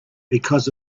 because